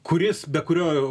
kuris be kurio